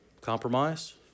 Compromise